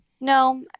No